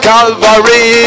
Calvary